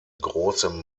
großem